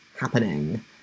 happening